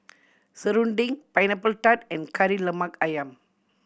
serunding Pineapple Tart and Kari Lemak Ayam